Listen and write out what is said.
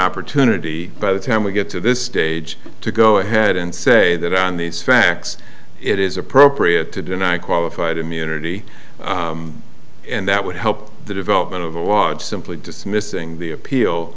opportunity by the time we get to this stage to go ahead and say that on these facts it is appropriate to deny qualified immunity and that would help the development of a watch simply dismissing the appeal